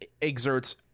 exerts